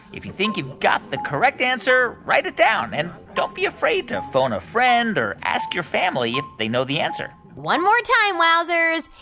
if you think you've got the correct answer, write it down. and don't be afraid to phone a friend or ask your family if they know the answer one more time, wowzers.